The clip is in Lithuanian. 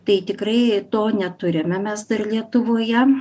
tai tikrai to neturime mes dar lietuvoje